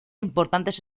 importantes